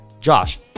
Josh